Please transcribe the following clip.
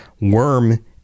worm